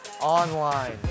online